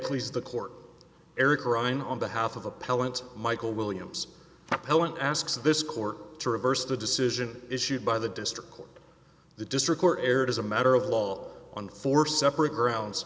please the court eric arriving on behalf of appellant michael williams propellent asks this court to reverse the decision issued by the district court the district were aired as a matter of law on four separate grounds